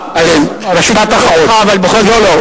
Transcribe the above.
אי-אפשר אחרי שבע דקות לקרוא קריאות ביניים.